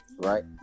right